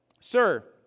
sir